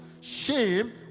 shame